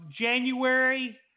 January